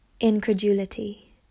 incredulity